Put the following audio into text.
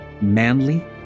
manly